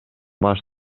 баш